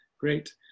great